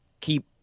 keep